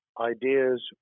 ideas